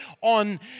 on